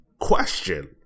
question